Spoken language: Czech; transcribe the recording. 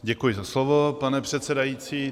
Děkuji za slovo, pane předsedající.